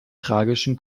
tragischen